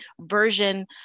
version